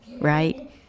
right